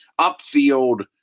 upfield